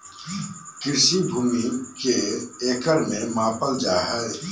कृषि भूमि के एकड़ में मापल जाय हइ